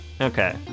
Okay